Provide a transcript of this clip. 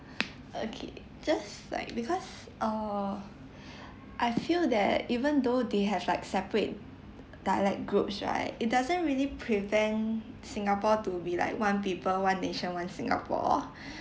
okay just like because uh I feel that even though they have like separate dialect groups right it doesn't really prevent singapore to be like one people one nation one singapore